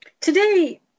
Today